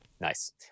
Nice